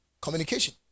communication